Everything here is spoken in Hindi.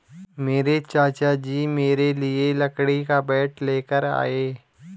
मेरे चाचा जी मेरे लिए लकड़ी का बैट लेकर आए